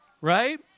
Right